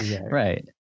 right